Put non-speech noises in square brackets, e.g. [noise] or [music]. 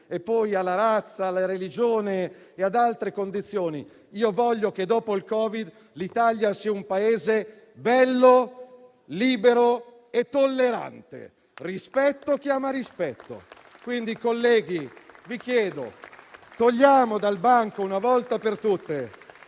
alla razza, alla religione e ad altre condizioni. Io voglio che, dopo il Covid-19, l'Italia sia un Paese bello, libero e tollerante. Rispetto chiama rispetto. [applause] Colleghi, io vi chiedo di togliere dal banco, una volta per tutte,